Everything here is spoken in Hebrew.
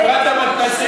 בחברת המתנ"סים,